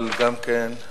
אבל גם כן,